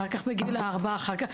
אחר כך בגיל ארבע והלאה.